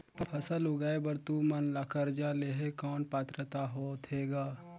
फसल उगाय बर तू मन ला कर्जा लेहे कौन पात्रता होथे ग?